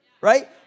right